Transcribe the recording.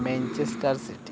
Manchester city